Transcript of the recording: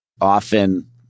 Often